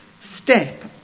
Step